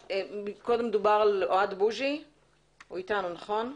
קודם דובר על אוהד בוזי, הוא איתנו, נכון?